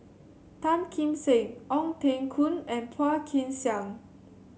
Tan Kim Seng Ong Teng Koon and Phua Kin Siang